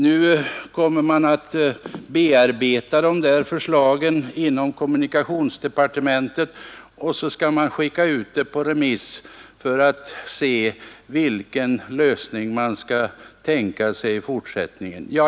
Man kommer att bearbeta dessa förslag inom kommunikationsdepartementet och skicka ut dem på remiss för att se vilken lösning man skall kunna tänka sig i fortsättningen.